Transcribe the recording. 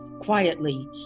Quietly